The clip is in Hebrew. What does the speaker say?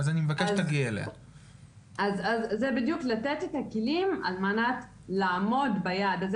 אז זה בדיוק לתת את הכלים על מנת לעמוד ביעד הזה.